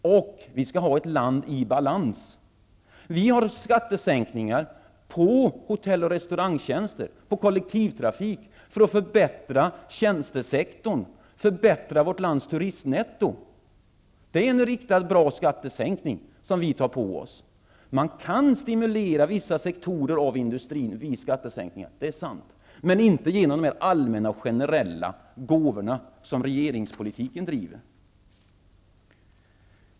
Vi skall ha ett land i balans. Vi föreslår skattesänkningar på hotell och restaurangtjänster och på kollektivtrafik, för att förbättra tjänstesektorn och vårt lands turistnetto. Det är en riktad, bra skattesänkning, som vi tar på oss. Man kan stimulera vissa sektorer i industrin via skattesänkningar. Det är sant. Men det skall inte ske genom allmänna och generella gåvor, som regeringspolitiken driver.